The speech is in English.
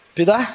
Pida